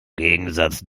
gegensatz